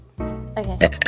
okay